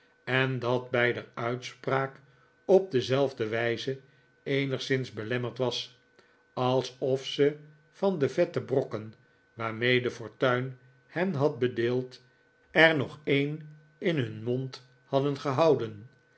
en dat beider uitspraak op dezelfde wijze eenigszins belemmerd was alsof ze van de yette brokken waarmee de fortuin hen had bedeeld er nog een in hun mond hadden gehouden